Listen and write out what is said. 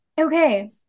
Okay